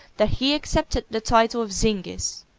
that he accepted the title of zingis,